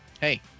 hey